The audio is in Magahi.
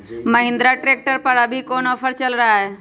महिंद्रा ट्रैक्टर पर अभी कोन ऑफर चल रहा है?